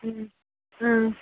ம் ம்